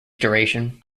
duration